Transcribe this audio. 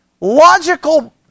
logical